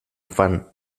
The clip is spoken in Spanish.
afán